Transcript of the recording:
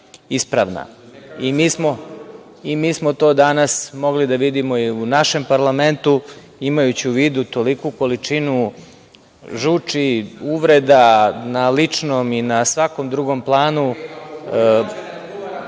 Mi smo to danas mogli da vidimo i u našem parlamentu, imajući u vidu toliku količinu žuči, uvreda na ličnom i na svakom drugom planu.